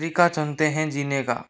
तरीका चुनते है जीने का